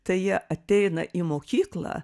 tai jie ateina į mokyklą